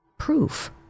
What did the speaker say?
proof